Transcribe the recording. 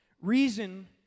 reason